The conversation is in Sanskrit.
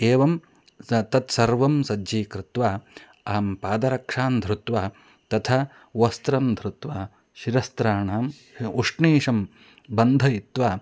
एवं तत् तत्सर्वं सज्जीकृत्य अहं पादरक्षान् धृत्वा तथा वस्त्रं धृत्वा शिरस्त्राणम् उष्णीशं बन्धयित्वा